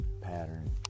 pattern